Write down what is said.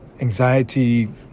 anxiety